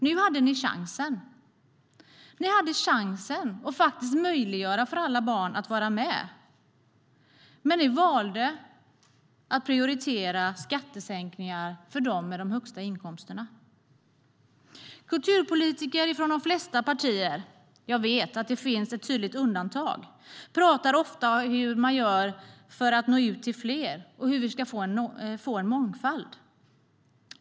Nu hade ni chansen att möjliggöra för alla barn att vara med. Men ni valde att prioritera skattesänkningar för dem med de högsta inkomsterna. Kulturpolitiker från de flesta partier - jag vet att det finns ett tydligt undantag - pratar ofta om hur man ska göra för att nå ut till fler och hur man ska få en mångfald.